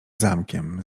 zamkiem